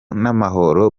n’amahoro